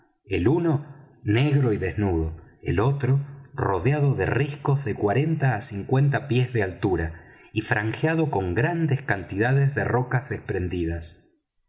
el uno negro y desnudo el otro rodeado de riscos de cuarenta á cincuenta pies de altura y franjeado con grandes cantidades de rocas desprendidas